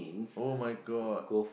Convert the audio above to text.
[oh]-my-God